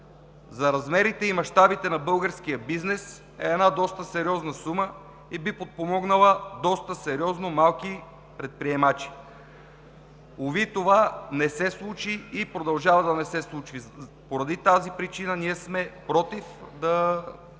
за размерите и мащабите на българския бизнес и би подпомогнала доста сериозно малки предприемачи. Уви, това не се случи и продължава да не се случва. Поради тази причина ние сме против